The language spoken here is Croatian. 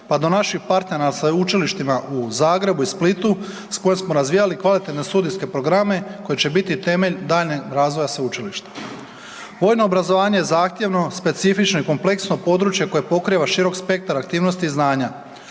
pa do naših partnera u sveučilištima u Zagrebu i Splitu s kojima smo razvijali kvalitetne studijske programe koji će biti temelj daljnjeg razvoja sveučilišta. Vojno obrazovanje zahtjevno, specifično i kompleksno područje koje pokriva širok spektar aktivnosti i znanja,